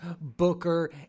Booker